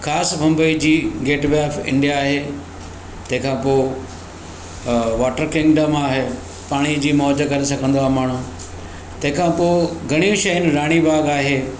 ख़ासि मुंबई जी gateway of India आहे तंहिं खां पोइ वॉटर किंगडम आहे पाणी जी मौज करे सघंदो आहे माण्हू तंहिं खां पोइ गणेश आहिनि राणी ॿाग आहे